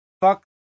fuck